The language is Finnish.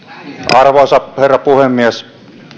arvoisa herra puhemies